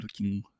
looking